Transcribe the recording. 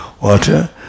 water